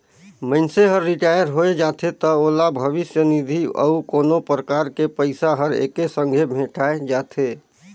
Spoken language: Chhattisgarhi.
मइनसे हर रिटायर होय जाथे त ओला भविस्य निधि अउ कोनो परकार के पइसा हर एके संघे भेंठाय जाथे